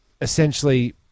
essentially